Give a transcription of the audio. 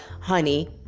honey